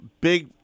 big